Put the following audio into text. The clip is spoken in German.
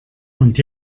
und